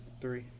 Three